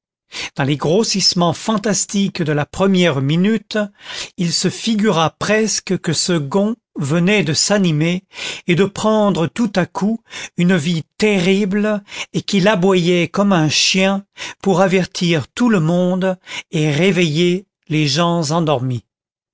dans les grossissements fantastiques de la première minute il se figura presque que ce gond venait de s'animer et de prendre tout à coup une vie terrible et qu'il aboyait comme un chien pour avertir tout le monde et réveiller les gens endormis